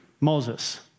Moses